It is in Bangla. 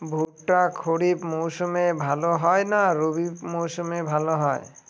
ভুট্টা খরিফ মৌসুমে ভাল হয় না রবি মৌসুমে ভাল হয়?